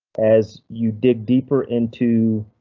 as you dig deeper into.